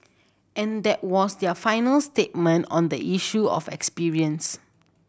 and that was their final statement on the issue of experience